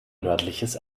nördliches